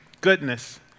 goodness